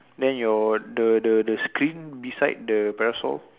then your the the the screen beside the parasol